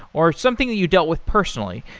or something that you dealt with personally.